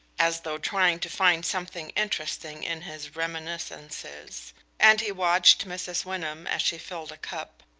as though trying to find something interesting in his reminiscences and he watched mrs. wyndham as she filled a cup.